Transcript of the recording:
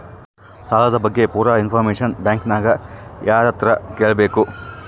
ಸಾಲದ ಬಗ್ಗೆ ಪೂರ ಇಂಫಾರ್ಮೇಷನ ಬ್ಯಾಂಕಿನ್ಯಾಗ ಯಾರತ್ರ ಕೇಳಬೇಕು?